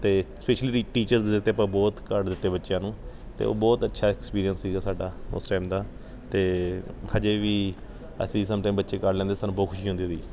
ਅਤੇ specially teachers ਦੇ ਤਾਂ ਆਪਾਂ ਬਹੁਤ ਕਾਰਡ ਦਿੱਤੇ ਬੱਚਿਆਂ ਨੂੰ ਅਤੇ ਉਹ ਬਹੁਤ ਅੱਛਾ ਐਕਸਪੀਰੀਅੰਸ ਸੀਗਾ ਸਾਡਾ ਉਸ ਟਾਈਮ ਦਾ ਅਤੇ ਅਜੇ ਵੀ ਅਸੀਂ ਸਮਟਾਈਮ ਬੱਚੇ ਕਾਰਡ ਲਿਆਉਂਦੇ ਸਾਨੂੰ ਬਹੁਤ ਖੁਸ਼ੀ ਹੁੰਦੀ ਉਹਦੀ